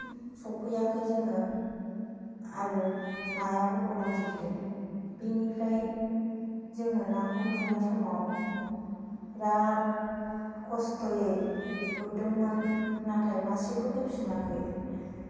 न'सिम सफैयाखै जोङो आरो नायाबो गलांजोबदों बिनिफ्राय जोङो नाखौ गुरनाय समाव बेराद खस्थ'यै गुरदोंमोन नाथाय मासेबो फैफिनाखै